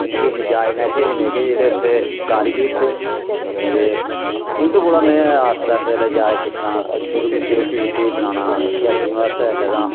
मिकी इन्नी जाच नेसी ऐ ही ते जेह्ड़े उत्थै कारीगर थे ते उंदे कोला में आस्तै आस्तै जिल्लै जाच सिक्खना शुरू कीती रुट्टी शुट्टी बनाना कैदियें वास्तै जिल्लै तां